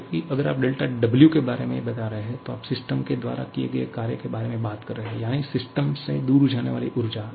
जबकि अगर आप W के बारे में बता रहे हैं तो आप सिस्टम के द्वारा किए गए कार्य के बारे में बात कर रहे हैं यानी सिस्टम से दूर जाने वाली ऊर्जा